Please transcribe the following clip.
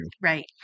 Right